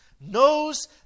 knows